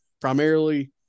primarily